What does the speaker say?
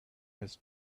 his